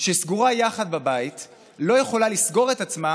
שסגורה יחד בבית לא יכולה לסגור את עצמה